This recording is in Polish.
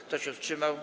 Kto się wstrzymał?